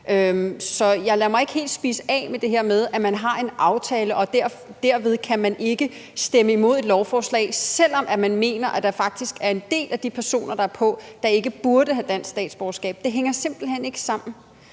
Så jeg lader mig ikke helt spise af med det her med, at man har en aftale, og at man derved ikke kan stemme imod et lovforslag, selv om man mener, at der faktisk er en del af de personer, der er på, der ikke burde have dansk statsborgerskab. Det hænger simpelt hen ikke sammen.